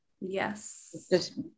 Yes